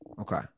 Okay